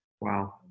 Wow